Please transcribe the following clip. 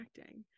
acting